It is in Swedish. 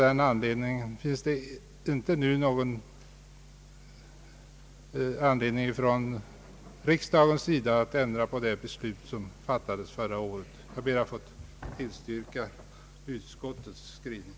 Det finns därför icke någon anledning för riksdagen att ändra på det beslut som fattades förra året. Herr talman! Jag ber att få yrka bifall till utskottets hemställan.